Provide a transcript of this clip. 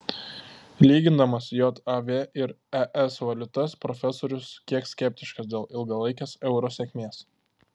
lygindamas jav ir es valiutas profesorius kiek skeptiškas dėl ilgalaikės euro sėkmės